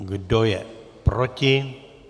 Kdo je proti?